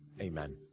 Amen